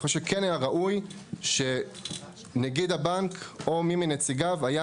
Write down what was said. אני חושב שכן היה ראוי שנגיד הבנק או מי מנציגיו היה